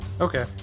Okay